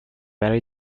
برای